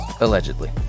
Allegedly